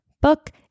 book